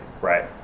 right